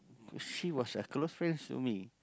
if she was a close friends to me